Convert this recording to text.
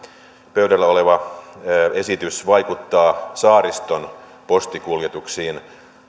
pöydällä oleva esitys vaikuttaa saariston postikuljetuksiin